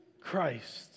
Christ